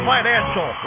Financial